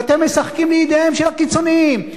ואתם משחקים לידיהם של הקיצונים,